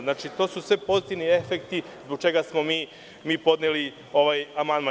Znači, to su sve pozitivni efekti zbog čega smo mi podneli ovaj amandman.